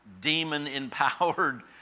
demon-empowered